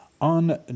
On